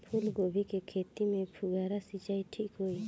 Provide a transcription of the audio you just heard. फूल गोभी के खेती में फुहारा सिंचाई ठीक होई?